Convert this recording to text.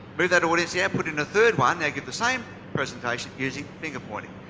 move that audience, yeah put in a third one, they get the same presentation using finger pointing.